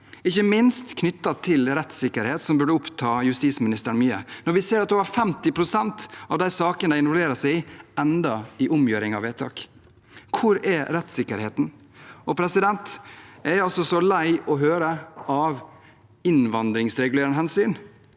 ikke minst knyttet til rettssikkerhet, som burde oppta justisministeren mye, når vi ser at over 50 pst. av sakene de involverer seg i, ender i omgjøring av vedtak. Hvor er rettssikkerheten? Jeg er altså så lei av å høre «av innvandringsregulerende hensyn».